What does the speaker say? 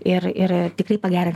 ir ir ir tikrai pagerint